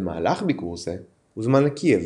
במהלך ביקור זה הוזמן לקייב,